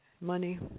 money